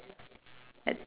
that